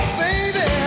baby